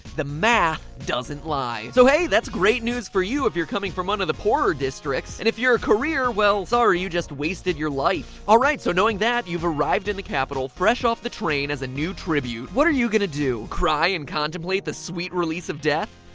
the math doesn't lie. so hey, that's great news for you if you're coming from under the poorer districts, and if you're a career, well, sorry you just wasted your life. alright, so knowing that, you've arrived in the capital fresh off the train as a new tribute. what are you gonna do? cry and contemplate the sweet release of death?